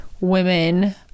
women